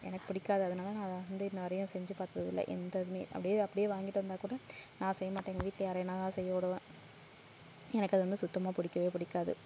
எனக்கு பிடிக்காது அதனால நான் அதை வந்து நிறையா செஞ்சு பார்த்ததில்ல எந்த இதுவுமே அப்டியே அப்படியே வாங்கிகிட்டு வந்தால் கூட நான் செய்ய மாட்டேன் எங்கள் வீட்டில் யாரையானா நான் செய்ய விடுவேன் எனக்கு அது வந்து சுத்தமாக பிடிக்கவே பிடிக்காது